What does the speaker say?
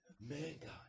mankind